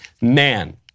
Man